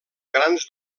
grans